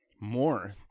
More